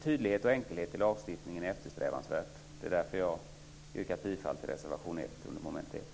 Tydlighet och enkelhet i lagstiftningen är eftersträvansvärt. Det är därför som jag har yrkat bifall till reservation 1 under mom. 1.